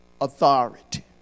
authority